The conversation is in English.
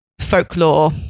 folklore